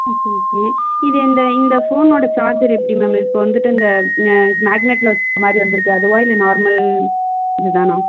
okay okay இது இந்த இந்த ஃபோனோட சார்ஜர் எப்படி மேம் இப்போ வந்துவிட்டு இந்த மேக்னெட்டில் வச்சுருக்க மாதிரி வந்துருக்கே அதுவாக இல்லை நார்மல் இதுதானா